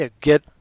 get